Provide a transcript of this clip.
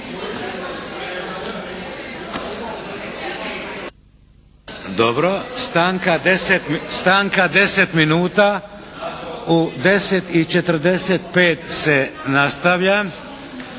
Dobro. Stanka 10 minuta. U 10,45 se nastavlja,